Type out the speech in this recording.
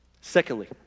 Secondly